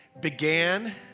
began